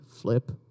Flip